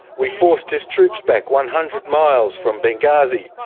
we forced his troops back one hundred miles from benghazi.